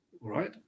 right